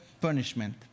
punishment